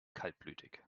kaltblütig